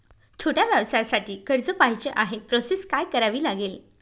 छोट्या व्यवसायासाठी कर्ज पाहिजे आहे प्रोसेस काय करावी लागेल?